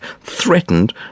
threatened